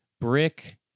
brick